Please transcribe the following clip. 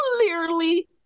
clearly